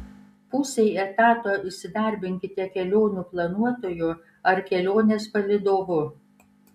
pusei etato įsidarbinkite kelionių planuotoju ar kelionės palydovu